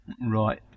Right